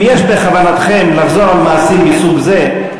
אם יש בכוונתכם לחזור על מעשים מסוג זה,